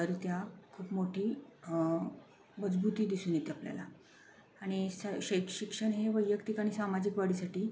रीत्या खूप मोठी मजबूती दिसून येते आपल्याला आणि श शै शिक्षण हे वैयक्तिक आणि सामाजिक वाढीसाठी